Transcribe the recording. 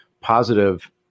positive